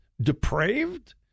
depraved